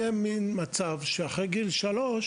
שאחרי גיל שלוש